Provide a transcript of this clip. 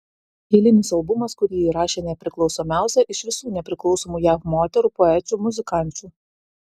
eilinis albumas kurį įrašė nepriklausomiausia iš visų nepriklausomų jav moterų poečių muzikančių